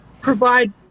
provide